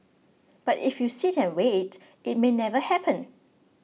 but if you sit and wait it may never happen